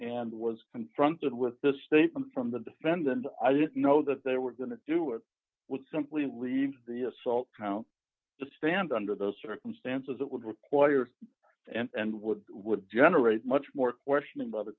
and was confronted with the statement from the defendant i don't know that they were going to do it would simply leave the assault count to stand under those circumstances it would require and would would generate much more questioning by the